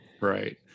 Right